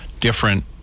different